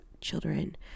children